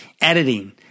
editing